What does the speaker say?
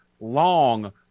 long